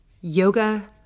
yoga